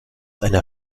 einer